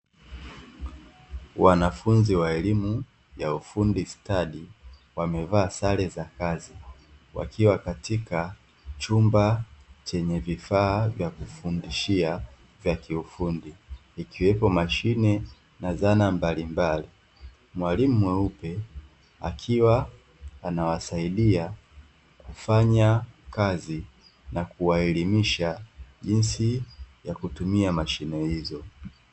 Wanafunzi wa elimu ya ufundi stadi wamevaa sare za kazi wakiwa katika chumba chenye vifaa vya kufundishia vya kiufundi, ikiwepo mashine na zana mbalimbali. Mwalimu mweupe akiwa anawasaidia kufanya kazi na kuwaelimisha jinsi ya kutumia mashine hizo.